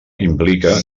implica